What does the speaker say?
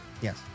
Yes